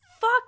Fuck